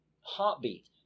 heartbeat